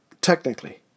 technically